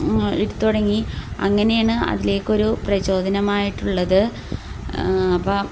എടുത്തുതുടങ്ങി അങ്ങനെയാണ് അതിലേക്കൊരു പ്രചോദനമായിട്ടുള്ളത് അപ്പോൾ